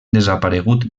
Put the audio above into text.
desaparegut